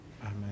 Amen